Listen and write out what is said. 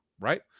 right